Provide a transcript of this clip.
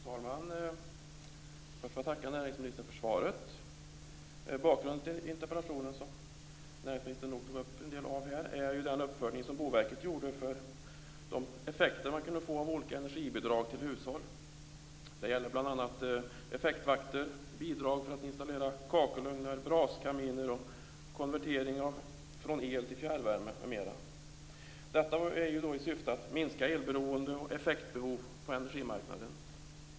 Fru talman! Först får jag tacka näringsministern för svaret. Bakgrunden till interpellationen, som näringsministern tog upp en del av, är den uppföljning som Boverket gjorde av effekterna av olika energibidrag till hushåll. Det gäller bl.a. effektvakter, bidrag för att installera kakelugnar, braskaminer och konvertering från elvärme till fjärrvärme. Syftet är att minska elberoende och effektbehov på energimarknaden.